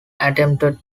attempted